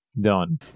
Done